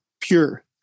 pure